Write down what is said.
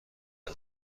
ازت